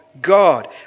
God